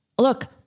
look